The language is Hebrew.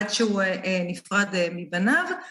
עד שהוא אה.. אה.. נפרד מבניו.